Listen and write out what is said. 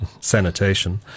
sanitation